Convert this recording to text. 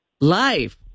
Life